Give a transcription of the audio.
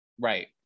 Right